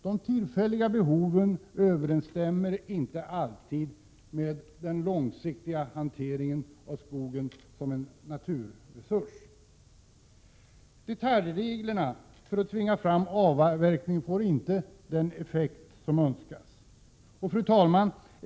De tillfälliga behoven överensstämmer inte alltid med den långsiktiga hanteringen av skogen som en naturresurs. Detaljreglerna för att tvinga fram avverkning får inte den effekt som önskas.